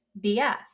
BS